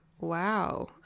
Wow